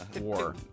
War